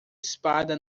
espada